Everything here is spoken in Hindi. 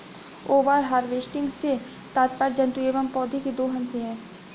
ओवर हार्वेस्टिंग से तात्पर्य जंतुओं एंव पौधौं के दोहन से है